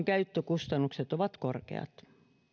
käyttökustannukset ovat korkeat